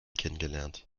kennengelernt